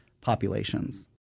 populations